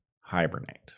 hibernate